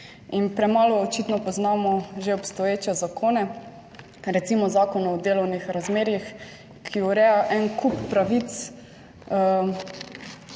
premalo očitno poznamo že obstoječe zakone, recimo Zakon o delovnih razmerjih, ki ureja en kup pravic,